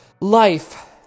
life